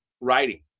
writing